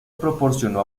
proporcionó